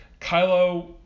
Kylo